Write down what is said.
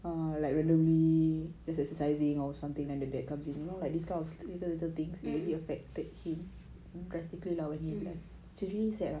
mmhmm